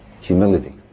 humility